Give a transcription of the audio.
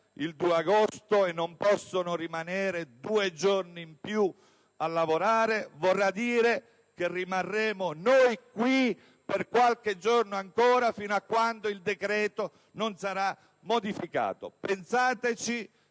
il 2 agosto e non possono rimanere due giorni in più a lavorare, vorrà dire che rimarremo noi qui, per qualche giorno ancora, fino a quando il decreto non sarà modificato. Pensateci